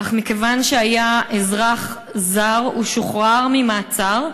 אך מכיוון שהוא היה אזרח זר הוא שוחרר ממעצר,